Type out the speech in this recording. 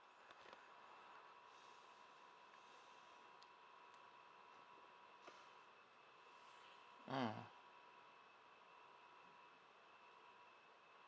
mm